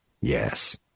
Yes